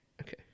Okay